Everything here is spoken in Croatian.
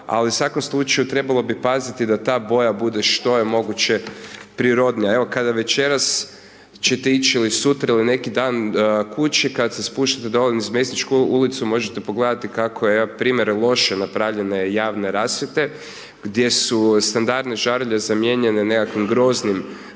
ali u svakom slučaju trebalo bi paziti da ta boja bude što je moguće prirodnija. Evo kada večeras ćete ići, ili sutra ili neki dan kući, kad se spuštate dolje niz Mesničku ulicu možete pogledati kako je primjer loše napravljene javne rasvjete, gdje su standardne žarulje zamijenjene nekakvim groznim